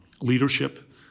Leadership